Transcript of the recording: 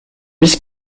vice